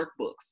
workbooks